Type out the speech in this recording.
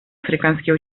африканские